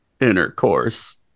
intercourse